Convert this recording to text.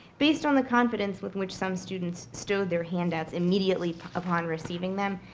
based on the confidence with which some students stowed their handouts immediately upon receiving them,